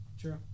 true